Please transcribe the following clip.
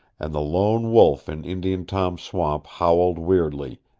and the lone wolf in indian tom's swamp howled weirdly,